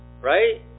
Right